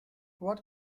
what